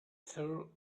truth